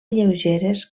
lleugeres